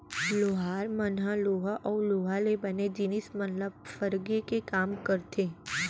लोहार मन ह लोहा अउ लोहा ले बने जिनिस मन ल फरगे के काम करथे